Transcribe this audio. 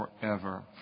Forever